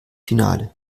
finale